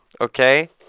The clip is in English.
Okay